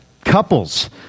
couples